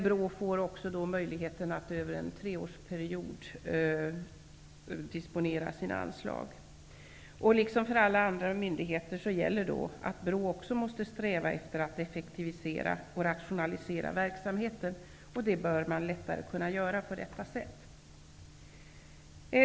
BRÅ får också möjligheten att disponera sina anslag över en treårsperiod. För BRÅ liksom för andra myndigheter gäller att man måste sträva efter att effektivisera och rationalisera verksamheten, och det bör man lättare kunna göra under dessa förhållanden.